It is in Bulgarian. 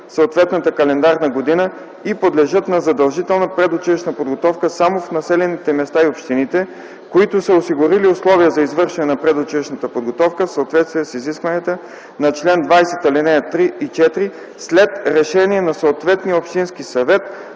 съответната календарна година и подлежат на задължителна предучилищна подготовка само в населените места и общините, които са осигурили условия за извършване на предучилищната подготовка в съответствие с изискванията по чл. 20, ал. 3 и 4, след решение на съответния общински съвет